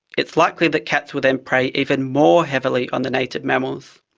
it's likely that cats will then prey even more heavily on the native mammals.